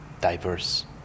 diverse